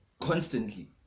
constantly